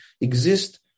exist